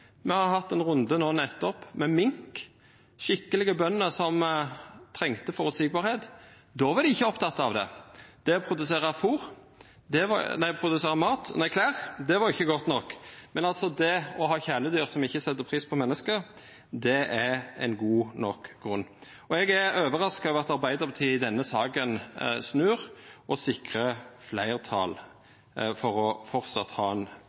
Me har nettopp hatt ein runde om mink, skikkelege bønder som trengte føreseielege vilkår. Då var partia ikkje opptekne av det. Det å produsera klede var ikkje godt nok, men det å ha kjæledyr som ikkje set pris på menneske, er ein god nok grunn. Og eg er overraska over at Arbeidarpartiet i denne saka snur og sikrar